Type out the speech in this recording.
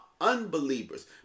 unbelievers